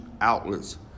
outlets